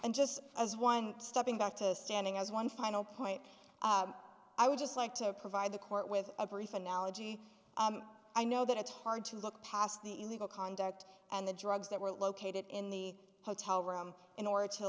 and just as one stepping back to standing as one final point i would just like to provide the court with a brief analogy i know that it's hard to look past the illegal conduct and the drugs that were located in the hotel room in order to